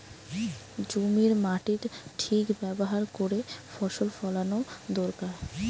জমির মাটির ঠিক ব্যাভার কোরে ফসল ফোলানো দোরকার